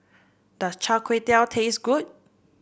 does Char Kway Teow taste good